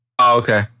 okay